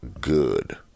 good